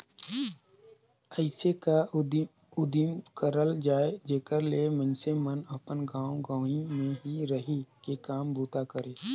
अइसे का उदिम करल जाए जेकर ले मइनसे मन अपन गाँव गंवई में ही रहि के काम बूता करें